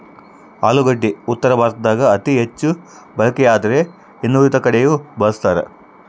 ಆಲೂಗಡ್ಡಿ ಉತ್ತರ ಭಾರತದಾಗ ಅತಿ ಹೆಚ್ಚು ಬಳಕೆಯಾದ್ರೆ ಇನ್ನುಳಿದ ಕಡೆಯೂ ಬಳಸ್ತಾರ